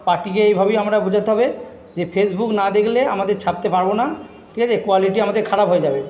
পার্টিকে এইভাবেই আমারা বোঝাতে হবে যে ফেসবুক না দেখলে আমাদের ছাপতে পারবো না ঠিক আছে কোয়ালিটি আমাদের খারাপ হয়ে যাবে